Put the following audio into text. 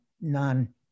none